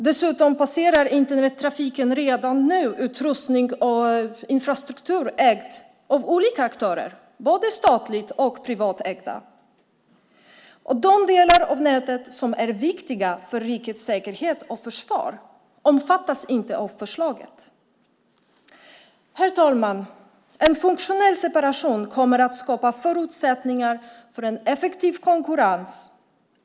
Dessutom passerar Internettrafiken redan nu utrustning och infrastruktur ägd av olika aktörer, både statligt ägda och privatägda. De delar av nätet som är viktiga för rikets säkerhet och försvar omfattas inte av förslaget. Herr talman! En funktionell separation kommer att skapa förutsättningar för en effektiv konkurrens.